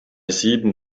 sieben